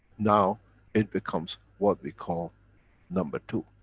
now it becomes what we call number two.